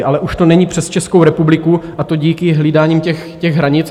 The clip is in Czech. Ale už to není přes Českou republiku, a to díky hlídání těch hranic.